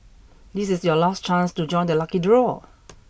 this is your last chance to join the lucky draw